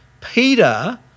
Peter